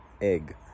egg